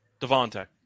Devontae